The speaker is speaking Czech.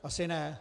Asi ne.